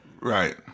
Right